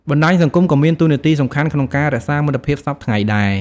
បណ្តាញសង្គមក៏មានតួនាទីសំខាន់ក្នុងការរក្សាមិត្តភាពសព្វថ្ងៃដែរ។